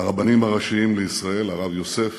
הרבנים הראשיים לישראל הרב יוסף